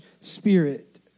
spirit